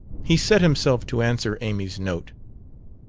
he set himself to answer amy's note.